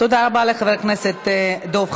תודה רבה לחבר הכנסת דב חנין.